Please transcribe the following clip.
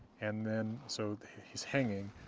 and then so he's hanging,